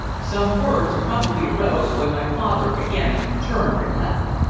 some words probably arose, when my father again turned and left.